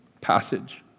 passage